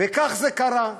כך זה קרה.